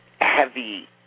heavy